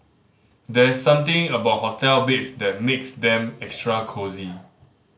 there's something about hotel beds that makes them extra cosy